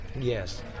Yes